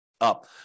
up